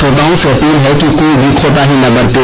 श्रोताओं से अपील है कि कोई भी कोताही ना बरतें